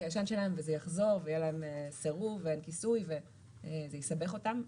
הישן שלהם וזה יחזור ויהיה להם סירוב וכיסוי וזה יסבך אותם,